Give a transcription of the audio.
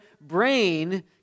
brain